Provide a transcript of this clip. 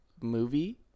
movie